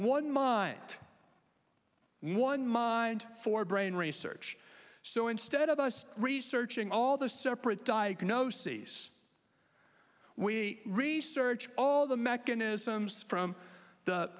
one mind one mind for brain research so instead of us researching all the separate diagnoses we research all the mechanisms from the